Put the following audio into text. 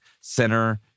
center